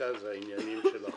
במרכז העניינים של החוק,